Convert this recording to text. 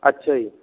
ਅੱਛਾ ਜੀ